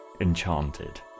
enchanted